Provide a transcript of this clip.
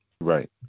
Right